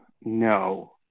no